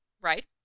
right